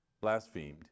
blasphemed